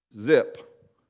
zip